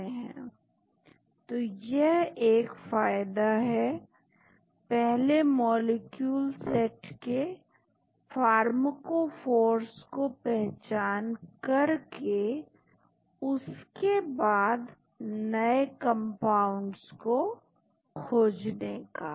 तो यह एक फायदा है पहले मॉलिक्यूल सेट के फार्मकोफोर्स को पहचान करके उसके बाद नए कंपाउंड्स को खोजने का